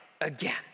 again